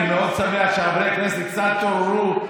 אני מאוד שמח שחברי הכנסת קצת התעוררו.